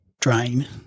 drain